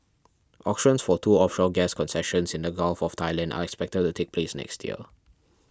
auctions for two offshore gas concessions in the Gulf of Thailand are expected to take place next year